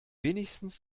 wenigstens